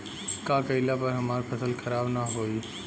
का कइला पर हमार फसल खराब ना होयी?